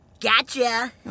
gotcha